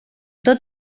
tot